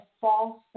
false